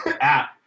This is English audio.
app